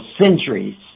centuries